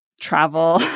travel